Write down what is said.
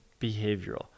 behavioral